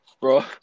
bro